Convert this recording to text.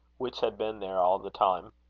which had been there all the time.